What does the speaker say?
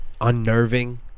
unnerving